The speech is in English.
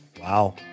Wow